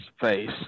face